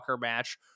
match